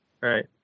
Right